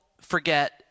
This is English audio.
forget